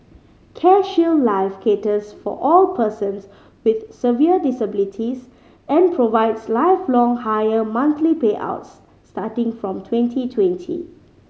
CareShield Life caters for all persons with severe disabilities and provides lifelong higher monthly payouts starting from twenty twenty